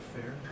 Fair